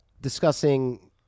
discussing